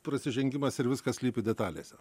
prasižengimas ir viskas slypi detalėse